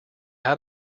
out